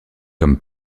comme